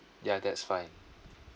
ya that's fine